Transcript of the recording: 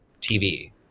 TV